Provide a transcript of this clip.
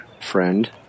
friend